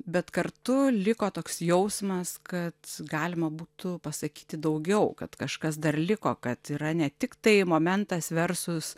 bet kartu liko toks jausmas kad galima būtų pasakyti daugiau kad kažkas dar liko kad yra ne tik tai momentas versus